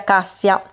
Cassia